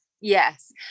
yes